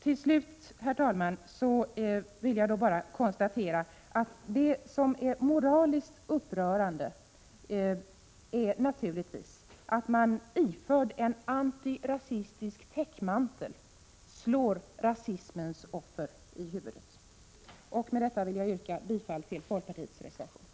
Till slut, herr talman, vill jag bara konstatera att det som är mest moraliskt upprörande är att man iförd en antirasistisk täckmantel slår rasismens offer i huvudet. Med detta vill jag yrka bifall till folkpartiets reservation.